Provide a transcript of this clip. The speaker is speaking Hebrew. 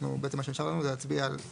ובעצם מה שנשאר לנו זה להצביע על החוק.